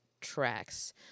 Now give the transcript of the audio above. tracks